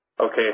Okay